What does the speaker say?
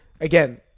Again